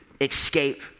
escape